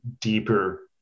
deeper